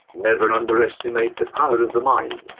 never underestimate the power of the mind,